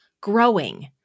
growing